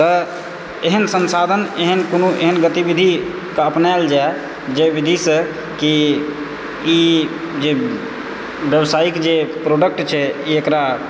तऽ एहन संसाधन एहन कोनो एहन गतिविधिके अपनायल जाइ जे विधिसँ कि ई जे व्यावसायिक जे प्रोडक्ट छै एकरा